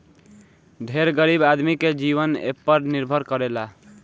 ढेर गरीब आदमी के जीवन एपर निर्भर करेला